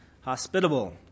hospitable